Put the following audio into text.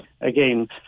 again